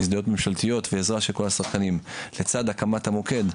הזדהויות ממשלתיות ועזרה של כל השחקנים לצד הקמת המוקד,